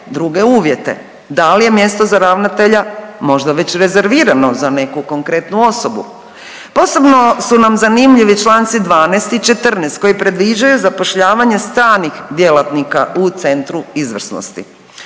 druge uvjete, da li je mjesto za ravnatelja možda već rezervirano za neku konkretnu osobu? Posebno su nam zanimljivi čl. 12. i 14. koji predviđaju zapošljavanje stranih djelatnika u Centru izvrsnosti.